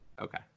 Okay